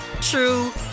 true